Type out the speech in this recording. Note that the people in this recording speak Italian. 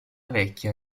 vecchia